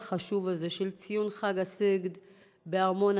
חשוב הזה של ציון חג הסיגד בארמון-הנציב,